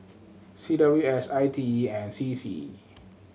C W S I T E and C C